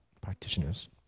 practitioners